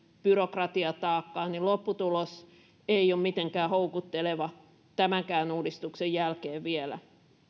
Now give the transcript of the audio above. byrokratiataakkaan niin lopputulos ei ole mitenkään houkutteleva tämänkään uudistuksen jälkeen vielä